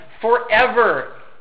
forever